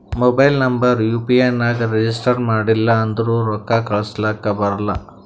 mobile number U P I ನಾಗ್ register ಮಾಡಿಲ್ಲ ಅಂದುರ್ ರೊಕ್ಕಾ ಕಳುಸ್ಲಕ ಬರಲ್ಲ